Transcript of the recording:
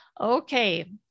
Okay